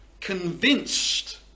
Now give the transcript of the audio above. convinced